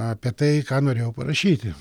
apie tai ką norėjau parašyti